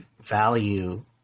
value